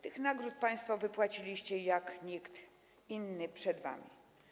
Tych nagród państwo wypłaciliście jak nikt inny przed wami.